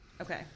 okay